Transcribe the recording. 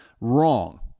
wrong